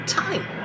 time